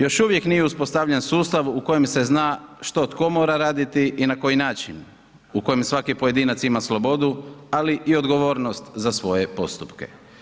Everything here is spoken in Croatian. Još uvijek nije uspostavljen sustav u kojem se zna što tko mora raditi i na koji način u kom svaki pojedinac ima slobodu, ali i odgovornost za svoje postupke.